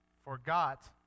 Forgot